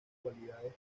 cualidades